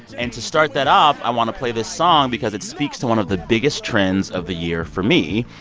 and to start that off, i want to play this song because it speaks to one of the biggest trends of the year for me.